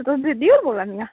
तुस दीदी होर बोल्ला नी आँ